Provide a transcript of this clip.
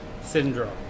syndrome